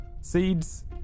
seeds